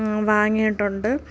വാങ്ങിയിട്ടുണ്ട്